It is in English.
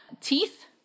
Teeth